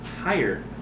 higher